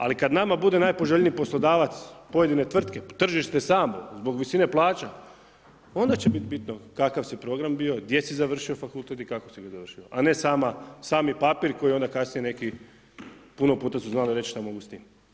Ali kada nama bude najpoželjniji poslodavac pojedine tvrtke, tržište samo zbog visine plaća onda će biti bitno kakav si program bio, gdje si završio fakultet i kako si ga završio a ne sami papir koji onda kasnije neki, puno puta su znali reći šta mogu s tim.